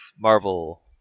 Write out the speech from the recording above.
Marvel